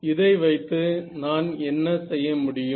இதை வைத்து நான் என்ன செய்யமுடியும்